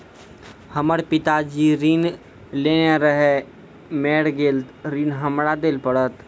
हमर पिताजी ऋण लेने रहे मेर गेल ऋण हमरा देल पड़त?